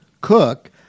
Cook